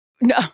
No